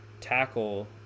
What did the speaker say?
tackle